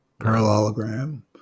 Parallelogram